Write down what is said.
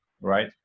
right